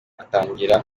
atangira